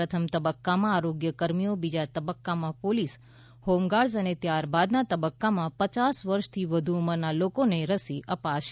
પ્રથમ તબક્કામાં આરોગ્ય કર્મીઓ બીજા તબક્કામા પોલીસ અને હોમ ગાર્ડસ અને ત્યારબાદના તબક્કામાં પચાસ વર્ષથી વધુ ઉમરનાં લોકોને રસી અપાશે